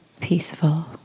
peaceful